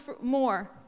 more